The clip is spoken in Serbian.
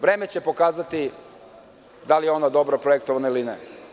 Vreme će pokazati da li je ono dobro projektovano ili ne.